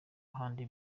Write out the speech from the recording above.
handi